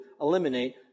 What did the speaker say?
eliminate